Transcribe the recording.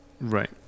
Right